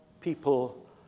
people